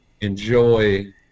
enjoy